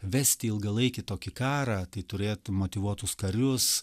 vesti ilgalaikį tokį karą tai turėtų motyvuotus karius